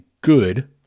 good